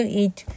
eat